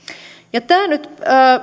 tämä nyt